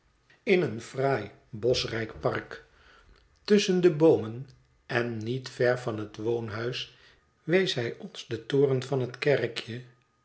in een fraai boschrijk park tusschen de boomen en niet ver van het woonhuis wees hij ons den toren van het kerkje